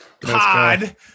pod